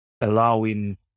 allowing